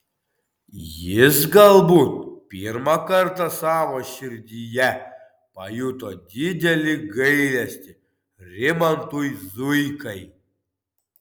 jis galbūt pirmą kartą savo širdyje pajuto didelį gailestį rimantui zuikai